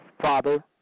father